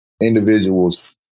individuals